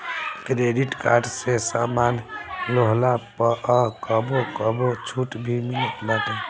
credit card से सामान लेहला पअ कबो कबो छुट भी मिलत बाटे